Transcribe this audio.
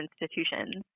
institutions